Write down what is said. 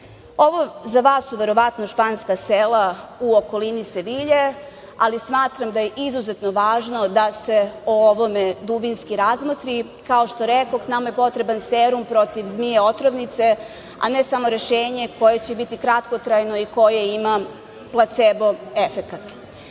za vas su verovatno španska sela u okolini Sevilje, ali smatram da je izuzetno važno da se o ovome dubinski razmotri. Kao što rekoh, nama je potreban serum protiv zmije otrovnice, a ne samo rešenje koje će biti kratkotrajno i koje ima placebo efekat. Kada